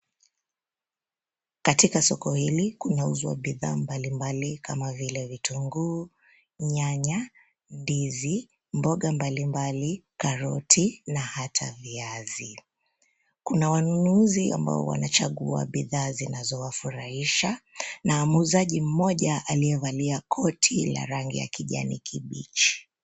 Katika soko hili kunauzwa bidhaa mbali mbali kama vile: vitunguu, nyanya, ndizi, mboga mbali mbali, karoti na hata viazi. Kuna wanunuzi ambao wanachagua bidhaa zinazowafurahisha na muuzaji mmoja aliyevalia koti la rangi ya kijani kibichi.